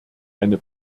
eine